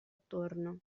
attorno